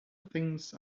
things